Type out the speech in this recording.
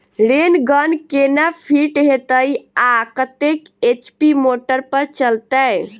Rain gun केना fit हेतइ आ कतेक एच.पी मोटर पर चलतै?